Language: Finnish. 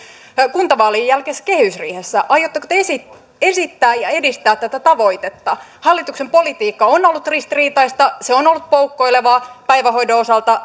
kuntavaalien jälkeisessä kehysriihessä aiotteko te esittää esittää ja edistää tätä tavoitetta hallituksen politiikka on ollut ristiriitaista se on ollut poukkoilevaa päivähoidon osalta